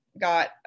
got